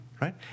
right